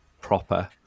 proper